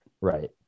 right